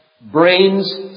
Brains